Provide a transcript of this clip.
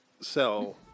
sell